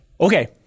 Okay